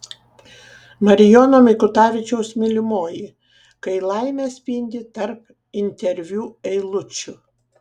marijono mikutavičiaus mylimoji kai laimė spindi tarp interviu eilučių